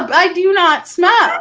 i do not smell